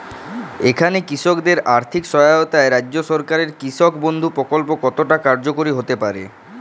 এখানে কৃষকদের আর্থিক সহায়তায় রাজ্য সরকারের কৃষক বন্ধু প্রক্ল্প কতটা কার্যকরী হতে পারে?